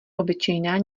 obyčejná